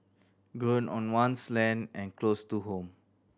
grown on one's land and close to home